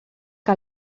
que